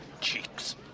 cheeks